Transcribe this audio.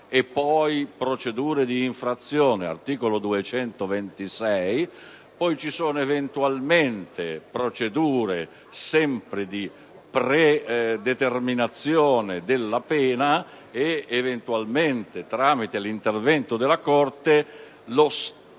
e poi di infrazione, a norma dell'articolo 226, poi vi sono eventualmente procedure sempre di predeterminazione della pena ed eventualmente, tramite l'intervento della Corte, lo